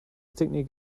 technique